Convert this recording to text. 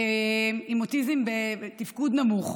עם אוטיזם בתפקוד נמוך.